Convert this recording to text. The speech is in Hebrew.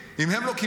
ואם הם לא מתגייסים,